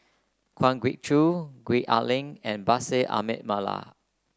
Kwa Geok Choo Gwee Ah Leng and Bashir Ahmad Mallal